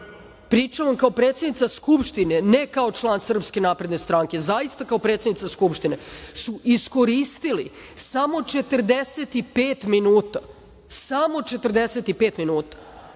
pričam vam kao predsednica Skupštine, ne kao član SNS, zaista kao predsednica Skupštine, iskoristili samo 45 minuta. Samo 45 minuta,